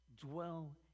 dwell